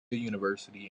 university